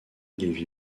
lévy